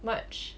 march